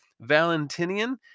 Valentinian